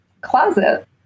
closet